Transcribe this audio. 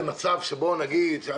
הם בנפשי עוד לפני שהגעתי לכאן לוועדה.